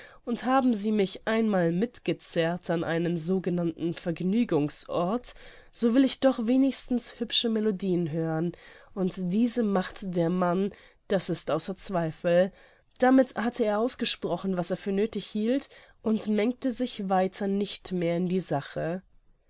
und haben sie mich einmal mitgezerrt an einen sogenannten vergnügungsort so will ich doch wenigstens hübsche melodieen hören und diese macht der mann das ist außer zweifel damit hatte er ausgesprochen was er für nöthig hielt und mengte sich weiter nicht mehr in die sache